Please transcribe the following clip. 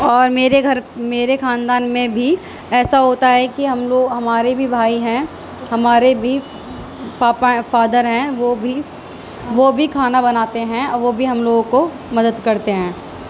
اور میرے گھر میرے خاندان میں بھی ایسا ہوتا ہے کہ ہم لوگ ہمارے بھی بھائی ہیں ہمارے بھی پاپا ہیں فادر ہیں وہ بھی وہ بھی کھانا بناتے ہیں وہ بھی ہم لوگوں کو مدد کرتے ہیں